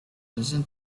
listen